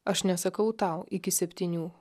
aš nesakau tau iki septynių